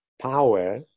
power